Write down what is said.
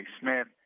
Smith